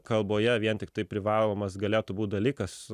kalboje vien tiktai privalomas galėtų būt dalykas